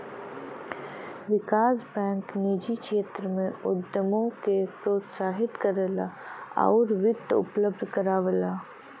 विकास bank निजी क्षेत्र में उद्यमों के प्रोत्साहित करला आउर वित्त उपलब्ध करावला